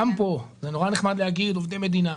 גם פה זה נורא נחמד להגיד עובדי מדינה,